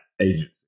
agency